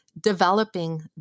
developing